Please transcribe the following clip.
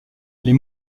les